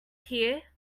here